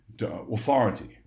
authority